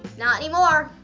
not anymore!